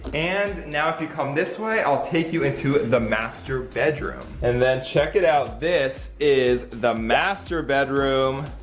and now if you come this way, i'll take you into the master bedroom. and then check it out, this is the master bedroom.